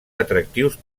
atractius